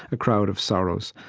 a crowd of sorrows,